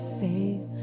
faith